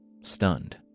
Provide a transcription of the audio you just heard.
stunned